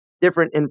different